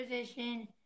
position